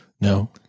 No